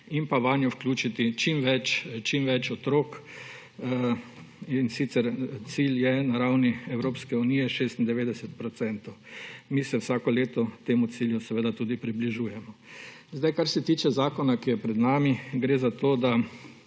in vanjo vključiti čim več otrok, in sicer cilj je, na ravni Evropske unije, 96 procentov. Mi se vsako leto temu cilju seveda tudi približujemo. Kar se tiče zakona, ki je pred nami, gre za to, da